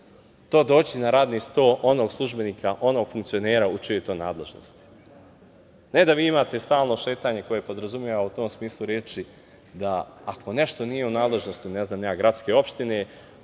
to doći na radni sto onog službenika, onog funkcionera u čijoj je to nadležnosti, a ne da vi imate stalno šetanje koje podrazumeva u tom smislu reči da ako nešto nije u nadležnosti ne znam ni ja – gradske opštine,